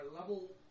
level